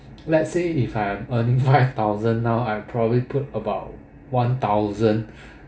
let's say if I'm earning five thousand now I probably put about one thousand